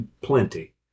plenty